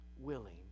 willing